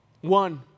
one